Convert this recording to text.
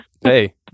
Hey